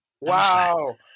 Wow